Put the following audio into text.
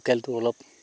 লোকেলটো অলপ